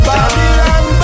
Babylon